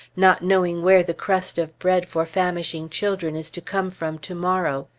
not knowing where the crust of bread for famishing children is to come from to-morrow.